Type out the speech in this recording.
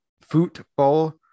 Football